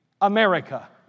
America